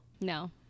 No